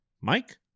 Mike